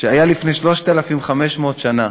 שהיה לפני 3,500 שנה.